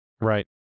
Right